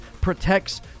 protects